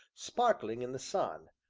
sparkling in the sun,